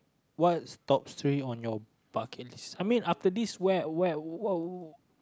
what's top three on your bucket list I mean after this where where what